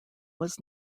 was